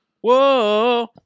Whoa